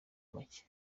make